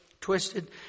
twisted